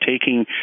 taking